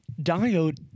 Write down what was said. diode